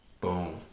Boom